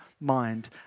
mind